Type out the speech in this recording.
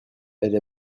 elle